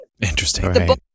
Interesting